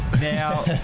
Now